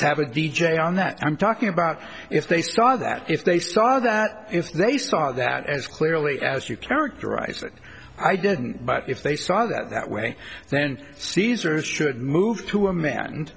have a d j on that i'm talking about if they saw that if they saw that if they saw that as clearly as you characterize it i didn't but if they saw that way then caesars should move to a man